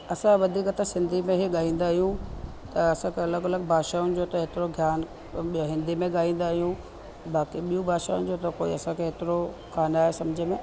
असां वधीक त सिंधी में ई ॻाईंदा आहियूं त असांखे अलॻि अलॻि भाषाउनि जो त एतिरो ज्ञान ॿियों हिंदी में ॻाईंदा आहियूं बाक़ी ॿियूं भाषाउनि जो त कोई असांखे एतिरो कोन आहे सम्झ में